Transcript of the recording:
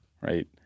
right